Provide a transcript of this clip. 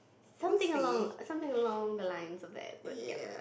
something along something along the lines of that but ya